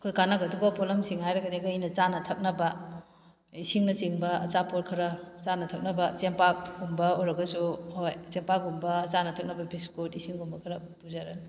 ꯑꯩꯈꯣꯏ ꯀꯥꯟꯅꯒꯗꯕ ꯄꯣꯠꯂꯝꯁꯤꯡ ꯍꯥꯏꯔꯒꯗꯤꯀꯣ ꯑꯩꯅ ꯆꯥꯅ ꯊꯛꯅꯕ ꯏꯁꯤꯡꯅꯆꯤꯡꯕ ꯑꯆꯥꯄꯣꯠ ꯈꯔ ꯆꯥꯅ ꯊꯛꯅꯕ ꯆꯦꯡꯄꯥꯛꯀꯨꯝꯕ ꯑꯣꯏꯔꯒꯁꯨ ꯍꯣꯏ ꯆꯦꯡꯄꯥꯛꯀꯨꯝꯕ ꯆꯥꯅ ꯊꯛꯅꯕ ꯕꯤꯁꯀꯤꯠ ꯏꯁꯤꯡꯒꯨꯝꯕ ꯈꯔ ꯄꯨꯖꯔꯅꯤ